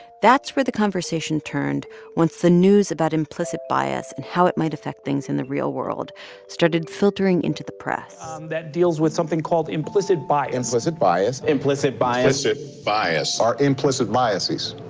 that's where the conversation turned once the news about implicit bias and how it might affect things in the real world started filtering into the press that deals with something called implicit bias implicit bias implicit bias implicit bias our implicit biases.